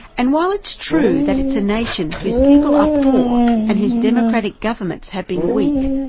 and while it's true that it's a nation whose people are poor and whose democratic governments have been weak,